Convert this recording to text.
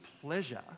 pleasure